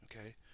Okay